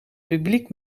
publiek